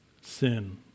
sin